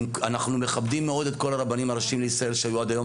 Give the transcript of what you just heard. אנחנו מכבדים מאוד את כל הרבנים הראשיים לישראל שהיו עד היום,